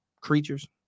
creatures